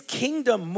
kingdom